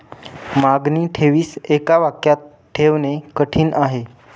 मागणी ठेवीस एका वाक्यात ठेवणे कठीण आहे